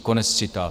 Konec citátu.